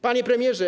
Panie Premierze!